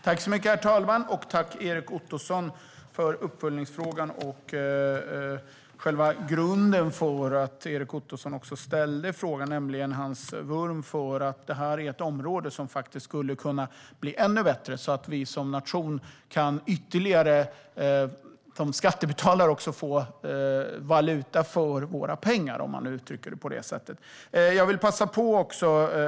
Herr talman! Jag tackar Erik Ottoson för uppföljningsfrågan och själva grunden för att han ställde frågan, nämligen hans vurm för att det här är ett område som skulle kunna bli ännu bättre så att vi som nation och skattebetalare kan få ytterligare valuta för våra pengar, om man uttrycker det så.